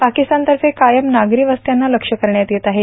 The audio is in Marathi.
पाकिस्तानतर्फे कायम नागरी वस्त्यांना लक्ष्य करण्यात येत आहे